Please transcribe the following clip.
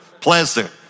pleasant